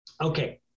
Okay